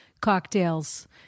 cocktails